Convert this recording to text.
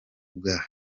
bwa